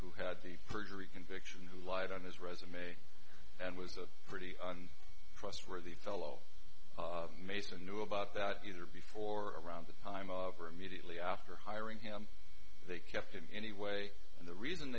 who had the perjury conviction who lied on his resume and was a pretty trustworthy fellow mason knew about that either before or around the time of or immediately after hiring him they kept in anyway and the reason